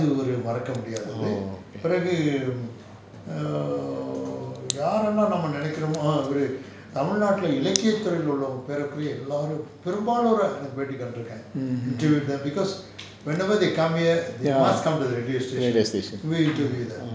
mm radio station